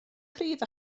prif